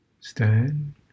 stand